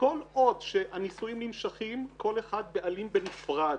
כל עוד שהנישואין נמשכים, כל אחד בעלים בנפרד.